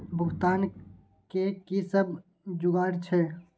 भुगतान के कि सब जुगार छे?